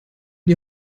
die